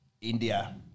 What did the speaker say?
India